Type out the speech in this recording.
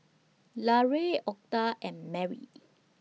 Larae Octa and Merry